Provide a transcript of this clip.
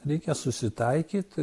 reikia susitaikyt